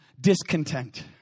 discontent